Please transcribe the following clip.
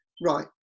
right